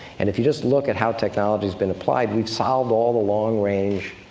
and if you just look at how technology has been applied, we've solved all the long-range,